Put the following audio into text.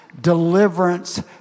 deliverance